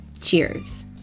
cheers